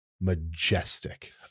majestic